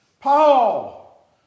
Paul